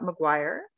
McGuire